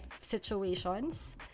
situations